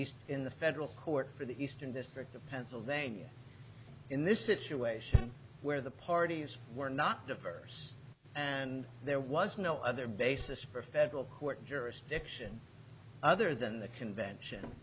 east in the federal court for the eastern district of pennsylvania in this situation where the parties were not diverse and there was no other basis for federal court jurisdiction other than the convention